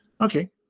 okay